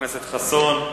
תודה רבה, חבר הכנסת חסון.